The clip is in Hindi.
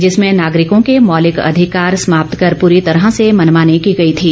जिसमें नागरिकों के मौलिक अधिकार समाप्त कर पूरी तरह से मनमानी की गई थी